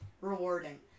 rewarding